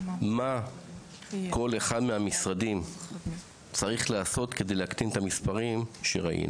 מה כל אחד מהמשרדים צריך לעשות כדי להקטין את המספרים שראינו?